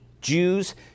Jews